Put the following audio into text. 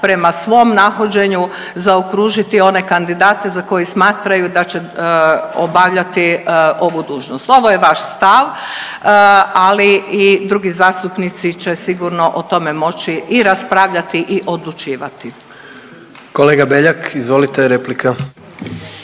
prema svom nahođenju zaokružiti one kandidate za koje smatraju da će obavljati ovu dužnost. Ovo je vaš stav, ali i drugi zastupnici će sigurno o tome moći i raspravljati i odlučivati. **Jandroković, Gordan